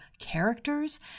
characters